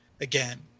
again